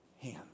hand